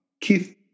Keith